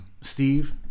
Steve